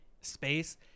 space